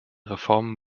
reformen